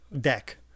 deck